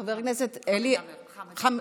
חבר הכנסת חמד